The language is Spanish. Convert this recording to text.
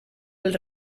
del